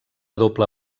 doble